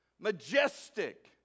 majestic